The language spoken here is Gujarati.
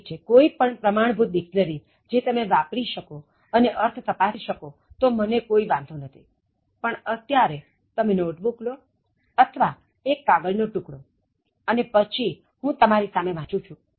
ઠીક છે કોઈ પણ પ્રમાણભૂત ડિક્શનરી જે તમે વાપરી શકો અને અર્થ તપાસી શકો તો મને કોઈ વાંધો નથી પણ અત્યારે તમે નોટબુક લો અથવા એક કાગળ નો ટૂકડો અને પછી હું તમારી સામે વાંચું છું